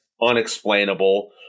unexplainable